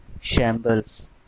Shambles